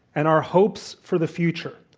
and our hopes for the future.